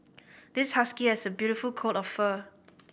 this husky has a beautiful coat of fur